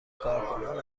کارکنان